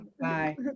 Bye